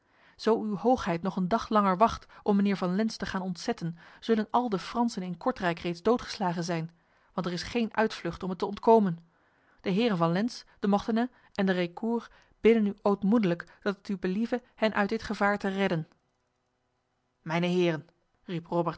zo uw hoogheid nog een dag langer wacht om mijnheer van lens te gaan ontzetten zullen al de fransen in kortrijk reeds doodgeslagen zijn want er is geen uitvlucht om het te ontkomen de heren van lens de mortenay en de rayecourt bidden u ootmoedelijk dat het u believe hen uit dit gevaar te redden mijne heren